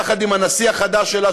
יחד עם הנשיא החדש שלה,